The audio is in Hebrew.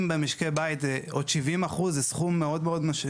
אם במשקי בית זה עוד 70% זה סכום מאוד מאוד,